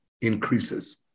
increases